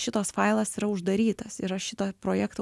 šitos failas yra uždarytas ir aš šitą projektą